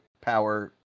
power